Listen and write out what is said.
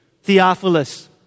Theophilus